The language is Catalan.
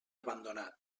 abandonat